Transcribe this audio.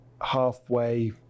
halfway